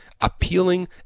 Appealing